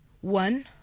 One